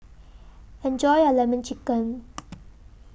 Enjoy your Lemon Chicken